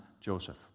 Joseph